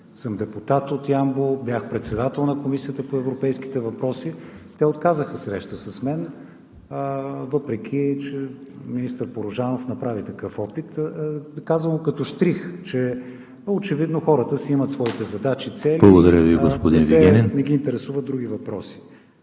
съм депутат от Ямбол и бях председател на Комисията по европейските въпроси, те отказаха среща с мен, въпреки че министър Порожанов направи такъв опит. Казвам това като щрих – очевидно хората си имат своите задачи, цели и не ги интересуват други въпроси.